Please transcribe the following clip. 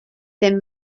ddim